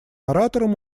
оратором